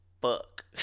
fuck